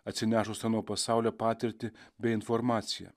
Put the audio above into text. atsinešus ano pasaulio patirtį bei informaciją